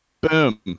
Boom